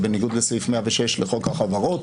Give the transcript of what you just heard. זה בניגוד לסעיף 106 לחוק החברות,